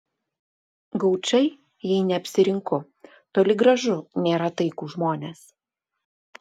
gaučai jei neapsirinku toli gražu nėra taikūs žmonės